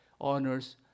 honors